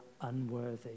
unworthy